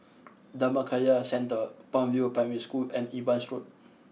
Dhammakaya Centre Palm View Primary School and Evans Road